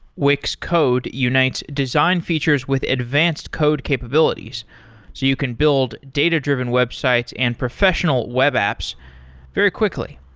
wix code unites design features with advanced code capabilities, so you can build data-driven websites and professional web apps very quickly.